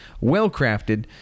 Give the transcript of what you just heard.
Well-crafted